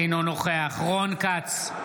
אינו נוכח רון כץ,